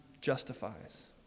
justifies